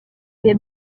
bihe